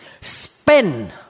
spend